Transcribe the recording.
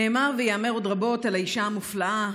נאמר וייאמר עוד רבות על האישה המופלאה,